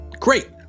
Great